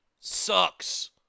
sucks